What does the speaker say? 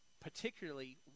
particularly